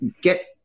get